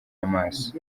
amaso